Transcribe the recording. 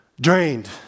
drained